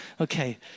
Okay